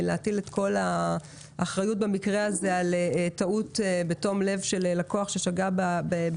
להטיל את כל האחריות על במקרה הזה על טעות בתום לב של לקוח ששגה בהקלדה,